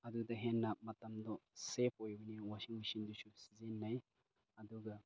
ꯑꯗꯨꯗ ꯍꯦꯟꯅ ꯃꯇꯝꯗꯣ ꯁꯦꯕ ꯑꯣꯏꯕꯅꯤꯅ ꯋꯥꯁꯤꯡ ꯃꯦꯁꯤꯟꯗꯁꯨ ꯁꯤꯖꯤꯟꯅꯩ ꯑꯗꯨꯒ